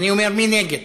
מי נגד?